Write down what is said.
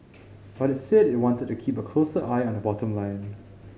but it's said it wanted to keep a closer eye on the bottom line